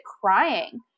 crying